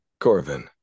corvin